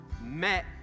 met